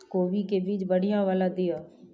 कोबी के बीज बढ़ीया वाला दिय?